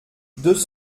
deux